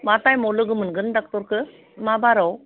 मा थाइमाव लोगो मोनगोन डाक्टरखौ मा बाराव